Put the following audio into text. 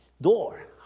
door